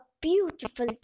beautiful